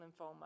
lymphoma